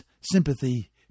sympathy